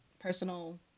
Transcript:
personal